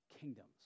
kingdoms